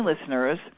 listeners